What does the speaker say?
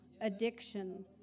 addiction